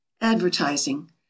Advertising